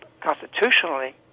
constitutionally